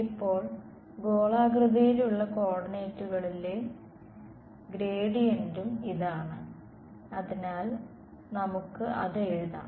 ഇപ്പോൾ ഗോളാകൃതിയിലുള്ള കോർഡിനേറ്റുകളിലെ ഗ്രേഡിയന്റും ഇതാണ് അതിനാൽ നമുക്ക് അത് എഴുതാം